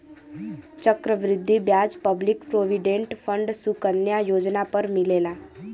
चक्र वृद्धि ब्याज public provident fund Sukanya Yojana पर मिलेला